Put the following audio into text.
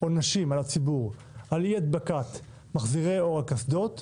עונשים על הציבור על אי הדבקת מחזירי אור על קסדות,